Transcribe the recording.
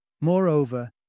Moreover